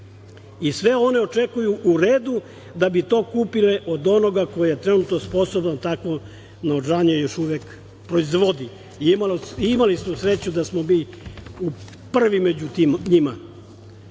Sve one čekaju u redu da bi to kupile od onoga ko je trenutno sposoban da takvo naoružanje još uvek proizvodi. Imali smo sreću da smo mi prvi među njima. Ako